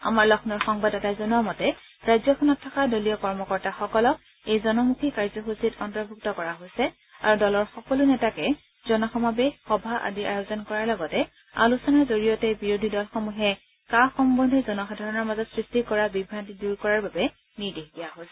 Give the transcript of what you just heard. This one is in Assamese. আমাৰ লক্ষ্ণৌৰ সংবাদদাতাই জনোৱা মতে ৰাজ্যখনত থকা দলীয় কৰ্মকৰ্তাসকলক এই জনমুখী কাৰ্যসূচীত অন্তৰ্ভুক্ত কৰা হৈছে আৰু দলৰ সকলো নেতাকে জনসমাৱেশ সভা আদিৰ আয়োজন কৰাৰ লগতে আলোচনাৰ জৰিয়তে বিৰোধী দলসমূহে কা সম্বন্ধে জনসাধাৰণৰ মাজত সৃষ্টি কৰা বিভ্ৰান্তি দূৰ কৰাৰ বাবে নিৰ্দেশ দিয়া হৈছে